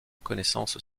connaissance